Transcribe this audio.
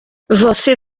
você